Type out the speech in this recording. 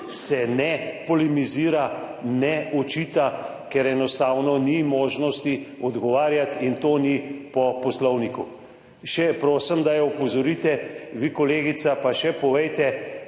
se ne polemizira, ne očita, ker enostavno ni možnosti odgovarjanja in to ni po Poslovniku. Prosim, da jo opozorite. Vi, kolegica, pa še povejte,